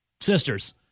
sisters